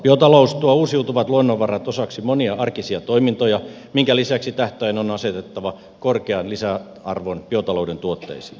biotalous tuo uusiutuvat luonnonvarat osaksi monia arkisia toimintoja minkä lisäksi tähtäin on asetettava korkean lisäarvon biotalouden tuotteisiin